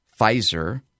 Pfizer